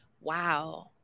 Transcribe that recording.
wow